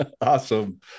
Awesome